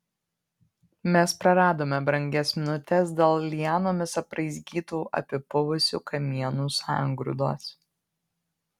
mes praradome brangias minutes dėl lianomis apraizgytų apipuvusių kamienų sangrūdos